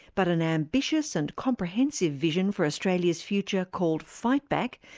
but an ambitious and comprehensive vision for australia's future called fightback,